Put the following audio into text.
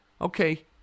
okay